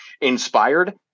inspired